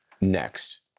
next